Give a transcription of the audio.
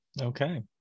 Okay